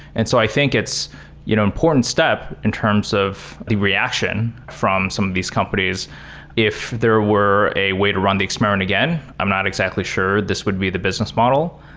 and so i think it's an you know important step in terms of the reaction from some of these companies if there were a way to run the experiment again. i'm not exactly sure this would be the business model,